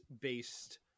based